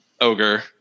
ogre